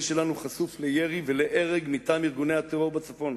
שלנו חשוף לירי ולהרג מטעם ארגוני הטרור בצפון.